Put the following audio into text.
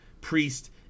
Priest